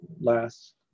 last